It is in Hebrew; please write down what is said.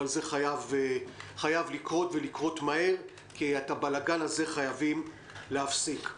זה חייב לקרות מהר כי את הבלגן הזה חייבים להפסיק.